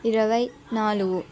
ఇరవై నాలుగు